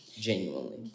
genuinely